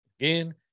again